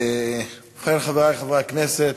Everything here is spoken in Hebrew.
ובכן, חברי חברי הכנסת,